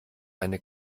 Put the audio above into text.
eine